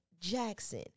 jackson